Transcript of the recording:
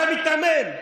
אתה מיתמם.